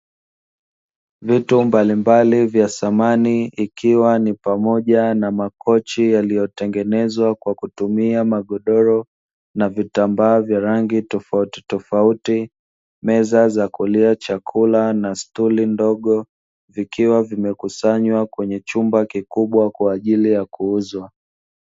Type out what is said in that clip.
Vitu mbalimbali vya samani ikiwa ni pamoja na makochi yaliyotengenezwa kwa kutumia magodoro na vitambaa vya rangi tofautitofauti, meza za kulia chakula na stuli ndogo, vikiwa vimekusanywa kwenye chumba kikubwa kwa ajili ya kuuzwa.